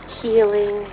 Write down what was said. healing